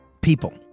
people